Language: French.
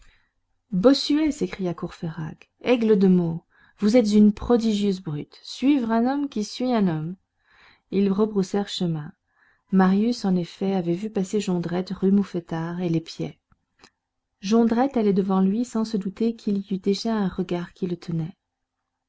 bossuet s'écria courfeyrac aigle de meaux vous êtes une prodigieuse brute suivre un homme qui suit un homme ils rebroussèrent chemin marius en effet avait vu passer jondrette rue mouffetard et l'épiait jondrette allait devant lui sans se douter qu'il y eût déjà un regard qui le tenait